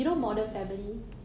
ya 我很喜欢那个